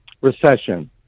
recession